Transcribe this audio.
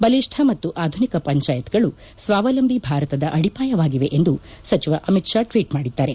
ಬಲಿಷ್ನ ಮತ್ತು ಆಧುನಿಕ ಪಂಚಾಯತ್ಗಳು ಸ್ಥಾವಲಂಬಿ ಭಾರತದ ಅಡಿಪಾಯವಾಗಿವೆ ಎಂದು ಸಚಿವ ಅಮಿತ್ ಷಾ ಟ್ನೀಟ್ ಮಾಡಿದ್ದಾರೆ